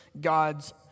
God's